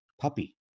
puppy